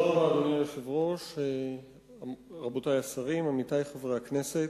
אדוני היושב-ראש, רבותי השרים, עמיתי חברי הכנסת,